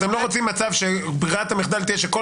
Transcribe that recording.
אתם לא רוצים מצב שברירת המחדל תהיה שכל